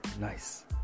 nice